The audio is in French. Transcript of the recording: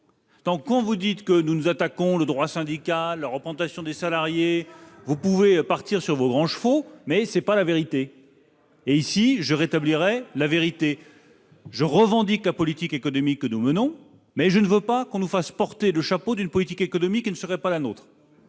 Mensonge ! Vous dites que nous attaquons le droit syndical, la représentation des salariés, ... Vous l'avez déjà fait !... vous pouvez monter sur vos grands chevaux, mais ce n'est pas la vérité. Or je veux rétablir la vérité. Je revendique la politique économique que nous menons, mais je ne veux pas qu'on nous fasse porter le chapeau d'une politique économique qui ne serait pas la nôtre.